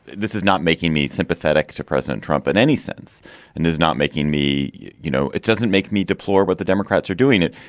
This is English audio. this is not making me sympathetic to president trump in any sense and is not making me you know, it doesn't make me deplore what the democrats are doing it.